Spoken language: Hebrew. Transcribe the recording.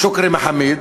שוכרי מחאמיד,